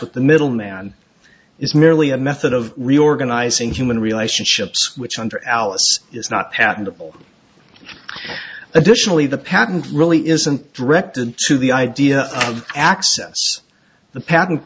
with the middleman is merely a method of reorganizing human relationships which under alice is not patentable additionally the patent really isn't directed to the idea of access the patent